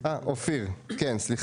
מה זה